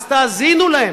אז תאזינו להן.